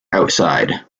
outside